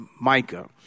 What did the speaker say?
Micah